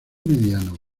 mediano